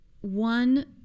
One